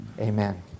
Amen